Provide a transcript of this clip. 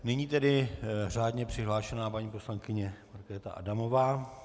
Nyní tedy řádně přihlášená paní poslankyně Markéta Adamová.